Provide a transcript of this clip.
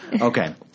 Okay